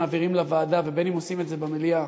בין שמעבירים לוועדה ובין שעושים את זה במליאה,